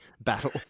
battle